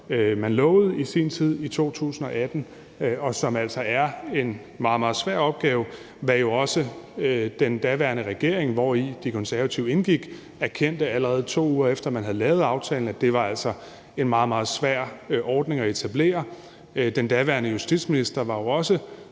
man lovede i sin tid, i 2018, og som altså er en meget, meget svær opgave, hvor jo også den daværende regering, hvori De Konservative indgik, erkendte, allerede 2 uger efter at man havde lavet aftalen, at det altså var en meget, meget svær ordning at etablere. Den daværende justitsminister var også